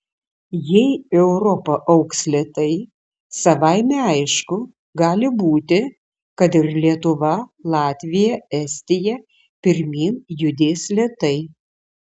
jei europa augs lėtai savaime aišku gali būti kad ir lietuva latvija estija pirmyn judės lėtai